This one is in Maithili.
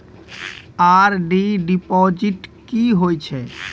आर.डी डिपॉजिट की होय छै?